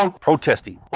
and protesting